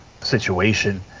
situation